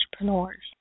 entrepreneurs